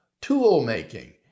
tool-making